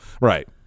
right